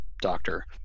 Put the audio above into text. doctor